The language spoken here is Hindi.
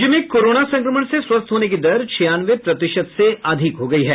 राज्य में कोरोना संक्रमण से स्वस्थ होने की दर छियानवे प्रतिशत से अधिक हो गयी है